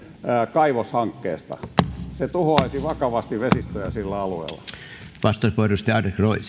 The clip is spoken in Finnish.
kaivoshankkeesta se tuhoaisi vakavasti vesistöjä sillä alueella